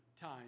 time